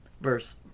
verse